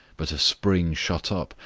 but a spring shut up,